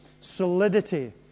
solidity